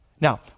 Now